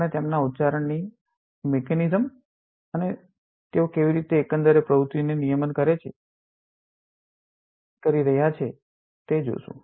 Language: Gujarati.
આપણે તેમના ઉચ્ચારણની મિકેનિઝમ અને તેઓ કેવી રીતે એકંદર પ્રવૃત્તિને નિયમન કરી રહ્યાં છે તે જોશું